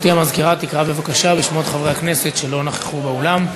גברתי המזכירה תקרא בבקשה בשמות חברי הכנסת שלא נכחו באולם.